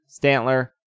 Stantler